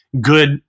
good